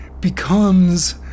becomes